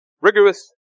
rigorous